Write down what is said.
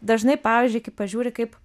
dažnai pavyzdžiui kai pažiūri kaip